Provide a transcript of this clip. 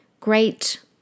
Great